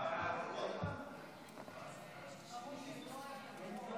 חוק התקשורת (בזק ושידורים) (תיקון מס'